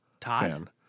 Todd